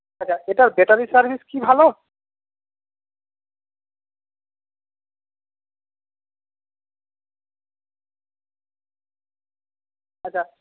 আচ্ছা এটার battery service কি ভালো আচ্ছা